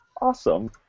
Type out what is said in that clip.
Awesome